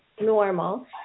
normal